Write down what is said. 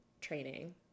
training